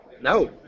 No